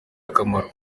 akamaro